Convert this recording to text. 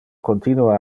continua